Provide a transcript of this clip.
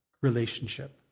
relationship